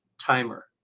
Timer